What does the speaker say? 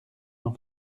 n’en